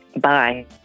bye